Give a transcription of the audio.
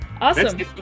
awesome